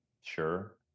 Sure